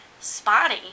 spotty